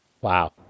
wow